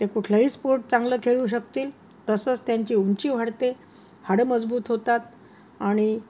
ते कुठल्याही स्पोर्ट चांगलं खेळू शकतील तसंच त्यांची उंची वाढते हाडं मजबूत होतात आणि